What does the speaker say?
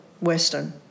Western